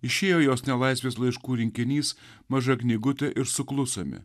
išėjo jos nelaisvės laiškų rinkinys maža knygutė ir suklusome